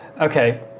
Okay